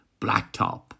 blacktop